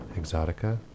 exotica